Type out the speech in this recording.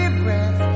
breath